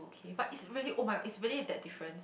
okay but it's really [oh]-my-god it's really that difference